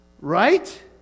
Right